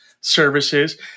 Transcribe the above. services